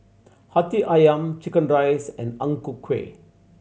Hati Ayam chicken rice and Ang Ku Kueh